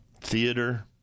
Theater